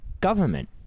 government